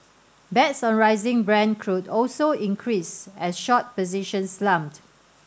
bets on rising Brent crude also increased as short positions slumped